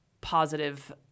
positive